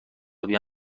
حسابی